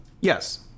Yes